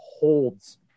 holds